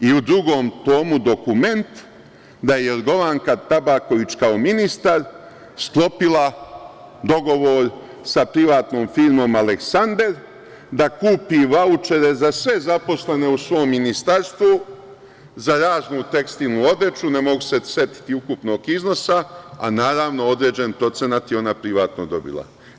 I u drugom tomu dokument da je Jorgovanka Tabaković kao ministar sklopila dogovor sa privatnom firmom „Aleksander“ da kupi vaučere za sve zaposlene u svom ministarstvu za raznu tekstilnu odeću, ne mogu se sad setiti ukupnog iznosa, a naravno, određeni procenat je ona privatno dobila.